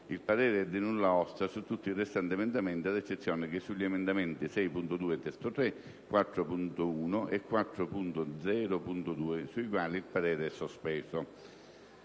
Il parere è di nulla osta su tutti i restanti emendamenti ad eccezione che sugli emendamenti 6.2 (testo 3), 4.1 e 4.0.2, sui quali il parere è sospeso».